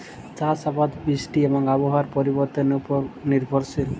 চাষ আবাদ বৃষ্টি এবং আবহাওয়ার পরিবর্তনের উপর নির্ভরশীল